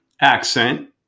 accent